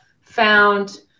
found